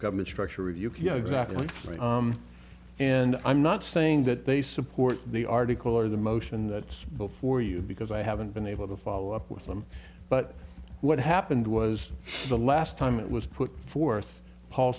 government structure of yukio exactly and i'm not saying that they support the article or the motion that's before you because i haven't been able to follow up with them but what happened was the last time it was put forth paul